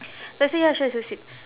then I say ya sure just sit